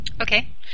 Okay